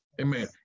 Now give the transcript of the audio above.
Amen